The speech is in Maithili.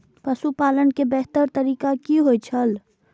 पशुपालन के बेहतर तरीका की होय छल?